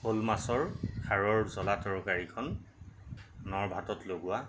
শ'ল মাছৰ খাৰৰ জ্বলা তৰকাৰীখন নৰ ভাতত লগোৱা